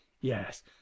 yes